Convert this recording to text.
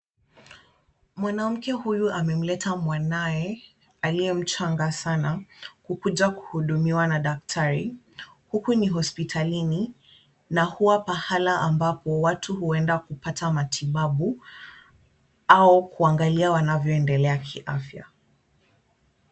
Mwanamke huyu amemleta mwanaye, aliye mchanga sana kukuja kuhudumiwa na daktari. Huku ni hospitalini na huwa pahala ambapo watu huenda kupata matibabu au kuangalia wanvyoendelea kiafya.